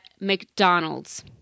McDonald's